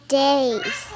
days